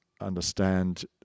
understand